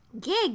gig